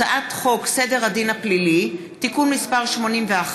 הצעת חוק סדר הדין הפלילי (תיקון מס' 81)